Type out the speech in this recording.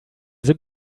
sind